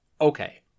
Okay